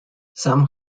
some